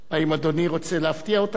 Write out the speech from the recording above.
האם אדוני רוצה להפתיע אותנו